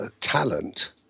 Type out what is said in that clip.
talent